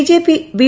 BJP B